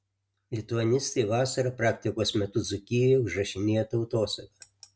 lituanistai vasarą praktikos metu dzūkijoje užrašinėjo tautosaką